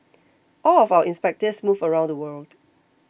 all of our inspectors move around the world